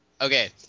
Okay